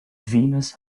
venus